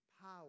power